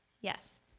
Yes